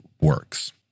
works